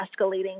escalating